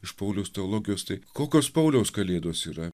iš pauliaus teologijos tai kokios pauliaus kalėdos yra